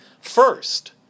first